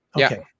Okay